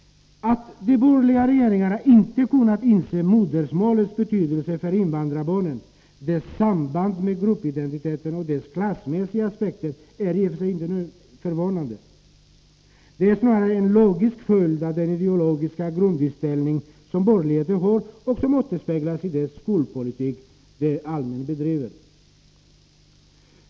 Att de borgerliga regeringarna inte har kunnat inse modersmålets betydelse för invandrarbarnen, dess samband med gruppidentiteten och dess klassmässiga aspekter är i och för sig inte förvånande. Det är snarare en logisk följd av den ideologiska grundinställning som borgerligheten har och som återspeglas i den skolpolitik den allmänt bedriver.